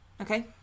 Okay